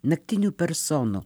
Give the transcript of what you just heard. naktinių personų